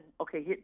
okay